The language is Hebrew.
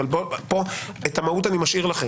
אבל את המהות אני משאיר לכם,